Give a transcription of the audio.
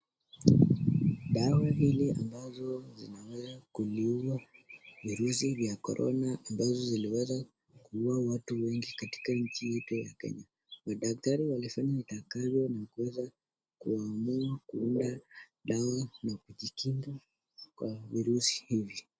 Dawa hili ambazo zinaweza kuliua virusi vya korona ambazo ziliweza kuua watu wengi katika nchi yetu ya Kenya. Madaktari walifanya watakavyo na kuweza kuamua kuunda dawa ya kujikinga na virusi hivi.